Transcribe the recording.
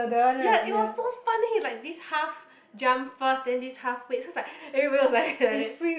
ya it was so fun then he like this half jump first then this half wait so it's like everybody was like like that